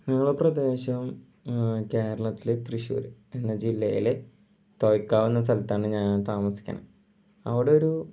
ഞങ്ങളുടെ പ്രദേശം കേരളത്തിലെ തൃശ്ശൂർ എന്ന ജില്ലയിലെ തൊയക്കാവ് എന്ന സ്ഥലത്താണ് ഞാൻ താമസിക്കുന്നത് അവിടെ ഒരു